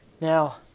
Now